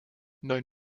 neun